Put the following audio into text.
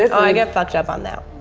i get fucked up on that